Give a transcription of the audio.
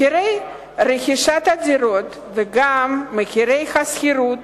מחירי רכישת הדירות וגם מחירי השכירות